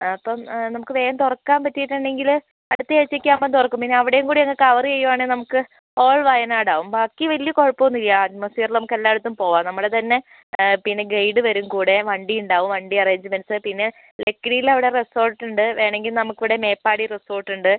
അപ്പം നമുക്ക് വേഗം തുറക്കാൻ പറ്റിയിട്ടുണ്ടെങ്കിൽ അടുത്ത ആഴ്ച്ചയൊക്കെ ആകുമ്പം തുറക്കും പിന്നെ അവിടെയും കൂടി അങ്ങ് കവറ് ചെയ്യുകയാണെങ്കിൽ നമുക്ക് ഹോൾ വയനാടാകും ബാക്കി വലിയ കുഴപ്പമൊന്നും ഇല്ല അറ്റ്മോസ്ഫിയറിൽ നമുക്ക് എല്ലായിടത്തും പോവാം നമ്മൾ തന്നെ പിന്നെ ഗൈഡ് വരും കൂടെ വണ്ടിയുണ്ടാവും വണ്ടി അറേജ്മെൻ്റ്സ് പിന്നെ ലക്കിടിയിലവിടെ റിസോർട്ടുണ്ട് വേണമെങ്കിൽ നമുക്കിവിടെ മേപ്പാടി റിസോർട്ടുണ്ട്